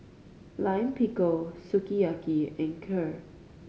Lime Pickle Sukiyaki and Kheer